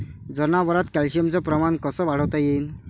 जनावरात कॅल्शियमचं प्रमान कस वाढवता येईन?